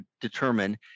determine